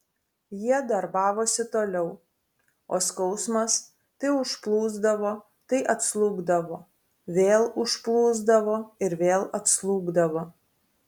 jie darbavosi toliau o skausmas tai užplūsdavo tai atslūgdavo vėl užplūsdavo ir vėl atslūgdavo